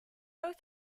both